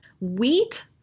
wheat